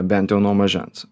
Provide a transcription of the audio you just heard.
bent jau nuo mažens